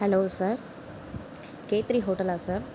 hello sir கேத்ரி ஹோட்டலா sir